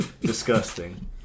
Disgusting